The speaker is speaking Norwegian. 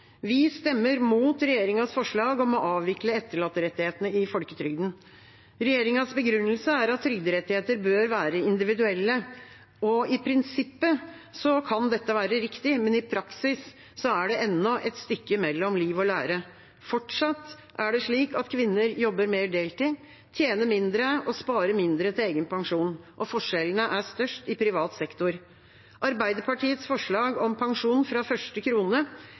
Vi stemmer mot regjeringas forslag om å avvikle etterlatterettighetene i folketrygden. Regjeringas begrunnelse er at trygderettigheter bør være individuelle. I prinsippet kan dette være riktig, men i praksis er det ennå et stykke mellom liv og lære. Fortsatt er det slik at kvinner jobber mer deltid, tjener mindre og sparer mindre til egen pensjon. Forskjellene er størst i privat sektor. Arbeiderpartiets forslag om pensjon fra første krone